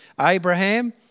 Abraham